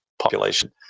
population